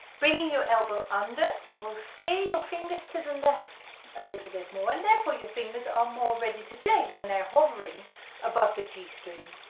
bringing your elbow under will your fingers to the left a little bit more, and therefore your fingers are more ready to play when they're hovering above the g string.